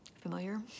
Familiar